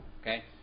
okay